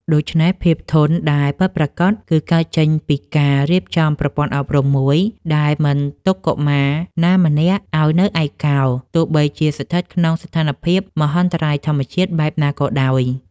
ដូច្នេះ ភាពធន់ដែលពិតប្រាកដ គឺកើតចេញពីការរៀបចំប្រព័ន្ធអប់រំមួយដែលមិនទុកកុមារណាម្នាក់ឱ្យនៅឯកោ ទោះបីជាស្ថិតក្នុងស្ថានភាពមហន្តរាយធម្មជាតិបែបណាក៏ដោយ។